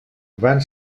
van